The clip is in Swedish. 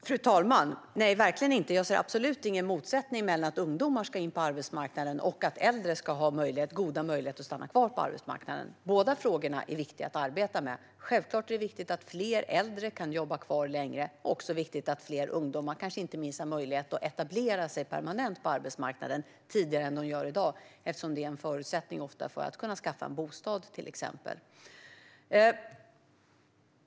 Fru talman! Nej, verkligen inte! Jag ser absolut ingen motsättning mellan att ungdomar ska in på arbetsmarknaden och att äldre ska ha goda möjligheter att stanna kvar. Båda frågorna är viktiga att arbeta med. Självklart är det viktigt att fler äldre kan jobba kvar längre, och det är också viktigt att fler ungdomar har möjlighet inte minst att etablera sig permanent på arbetsmarknaden tidigare än de gör i dag eftersom det ofta är en förutsättning för att kunna skaffa en bostad, till exempel.